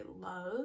love